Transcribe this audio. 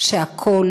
שהכול